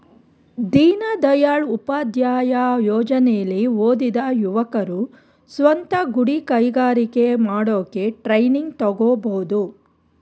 ದೀನದಯಾಳ್ ಉಪಾಧ್ಯಾಯ ಯೋಜನೆಲಿ ಓದಿದ ಯುವಕರು ಸ್ವಂತ ಗುಡಿ ಕೈಗಾರಿಕೆ ಮಾಡೋಕೆ ಟ್ರೈನಿಂಗ್ ತಗೋಬೋದು